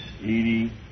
Edie